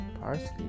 parsley